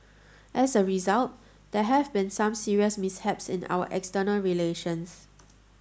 as a result there have been some serious mishaps in our external relations